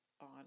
on